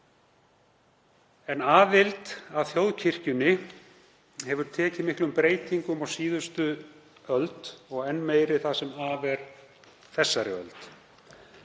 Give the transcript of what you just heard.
Aðild að þjóðkirkjunni hefur tekið miklum breytingum á síðustu öld og enn meiri það sem af er þessari öld.